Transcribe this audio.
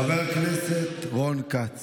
חבר הכנסת רון כץ.